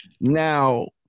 now